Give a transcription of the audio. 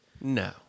No